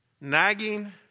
Nagging